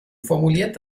formuliert